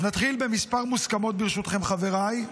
אז נתחיל בכמה מוסכמות, ברשותכם, חבריי.